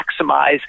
maximize